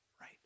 right